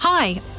Hi